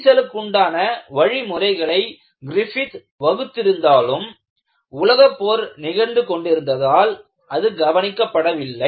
விரிசலுக்குண்டான வழிமுறைகளை கிரிஃபித் வகுத்திருந்தாலும் உலகப் போர் நிகழ்ந்து கொண்டிருந்ததால் அது கவனிக்கப்படவில்லை